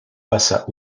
passa